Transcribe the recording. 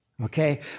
Okay